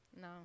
No